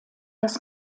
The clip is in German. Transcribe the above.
das